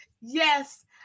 yes